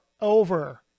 over